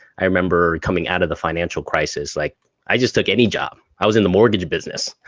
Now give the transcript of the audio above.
i remember coming out of the financial crisis, like i just took any job. i was in the mortgage business